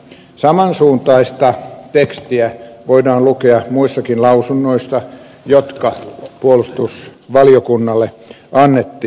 saman suuntaista tekstiä voidaan lukea muissakin lausunnoissa jotka puolustusvaliokunnalle annettiin